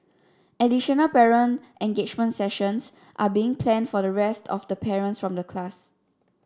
additional parent engagement sessions are being planned for the rest of the parents from the class